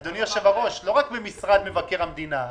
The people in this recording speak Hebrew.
אדוני היושב ראש, לא רק במשרד מבקר המדינה.